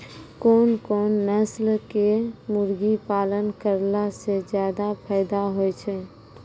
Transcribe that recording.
कोन कोन नस्ल के मुर्गी पालन करला से ज्यादा फायदा होय छै?